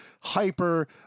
hyper